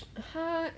他